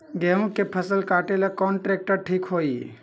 गेहूं के फसल कटेला कौन ट्रैक्टर ठीक होई?